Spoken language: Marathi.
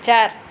चार